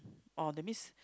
oh that means